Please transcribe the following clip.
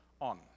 on